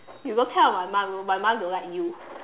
you go tell my mum my mum don't like you